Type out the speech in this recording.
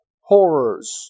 horrors